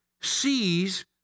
sees